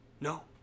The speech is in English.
No